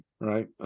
Right